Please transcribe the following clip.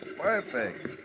perfect